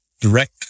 direct